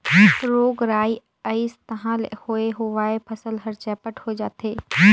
रोग राई अइस तहां ले होए हुवाए फसल हर चैपट होए जाथे